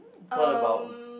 what about